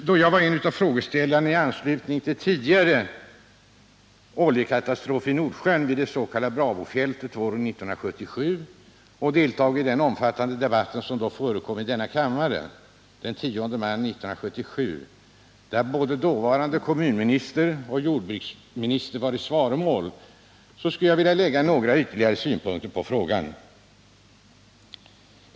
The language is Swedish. Då jag var en av frågeställarna i anslutning till en tidigare oljekatastrof i Nordsjön, vid det s.k. Bravofältet våren 1977, och deltog i den omfattande debatt som förekom i denna kammare den 10 maj 1977, när både dåvarande kommunministern och jordbruksministern gick i svaromål, skulle jag vilja lägga fram några ytterligare synpunkter på frågan.